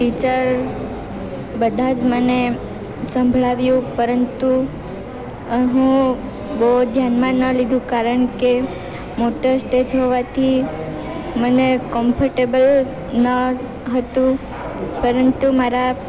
teacher બધાં જ મને સંભળાવ્યું પરંતુ હું બહુ ધ્યાનમાં ન લીધું કારણ કે મોટો સ્ટેજ હોવાથી મને કમ્ફર્ટેબલ ન હતું પરંતુ મારા